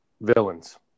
villains